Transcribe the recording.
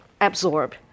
absorb